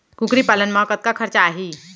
कुकरी पालन म कतका खरचा आही?